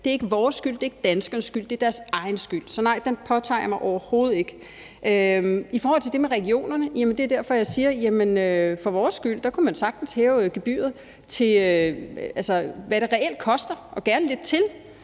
er ikke vores skyld, det er ikke danskernes skyld – det er deres egen skyld. Så nej, den påtager jeg mig overhovedet ikke. I forhold til det der med regionerne vil jeg sige, at det er derfor, jeg siger, at man for vores skyld sagtens kunne hæve gebyret til, hvad det reelt koster og gerne lidt til,